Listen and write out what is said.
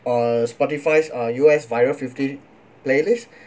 on Spotify's uh U_S viral fifty playlist